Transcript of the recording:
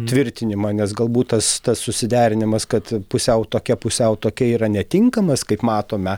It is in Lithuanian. tvirtinimą nes galbūt tas tas susiderinimas kad pusiau tokia pusiau tokia yra netinkamas kaip matome